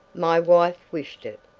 my wife wished it.